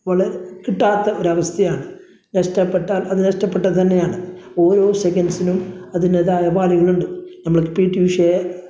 വളെ കിട്ടാത്ത ഒരവസ്ഥയാണ് നഷ്ടപ്പെട്ടാൽ അത് നഷ്ടപ്പെട്ടത് തന്നെയാണ് ഓരോ സെക്കൻസിനും അതിൻറ്റേതായ വാല്യൂകളുണ്ട് നമ്മളിപ്പോൾ പി റ്റി ഉഷയെ